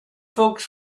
folks